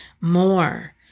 more